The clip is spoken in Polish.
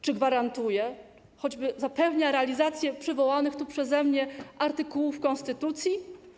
Czy gwarantuje, choćby zapewnia realizację przywołanych tu przeze mnie artykułów konstytucji?